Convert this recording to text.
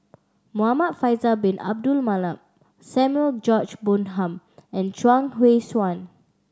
Muhamad Faisal Bin Abdul Manap Samuel George Bonham and Chuang Hui Tsuan